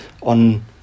on